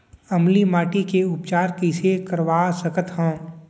अम्लीय माटी के उपचार कइसे करवा सकत हव?